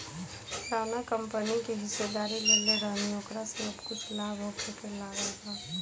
जावना कंपनी के हिस्सेदारी लेले रहनी ओकरा से अब कुछ लाभ होखे लागल बा